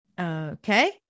Okay